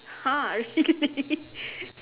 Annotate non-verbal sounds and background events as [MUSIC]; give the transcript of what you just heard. !huh! really [LAUGHS]